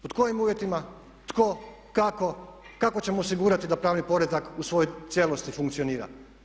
Pod kojim uvjetima, tko, kako, kako ćemo osigurati da pravni poredak u svojoj cijelosti funkcionira?